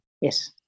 Yes